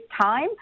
time